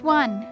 one